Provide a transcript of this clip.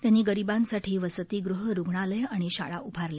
त्यांनी गरिबांसाठी वसतीगृह रुग्णालयं आणि शाळा उभारल्या